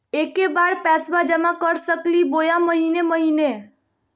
एके बार पैस्बा जमा कर सकली बोया महीने महीने?